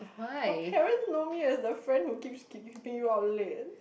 your parent know me as the friend who keeps keeping you out late